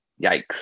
yikes